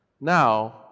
Now